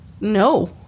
No